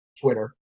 Twitter